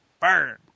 Burn